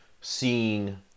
seeing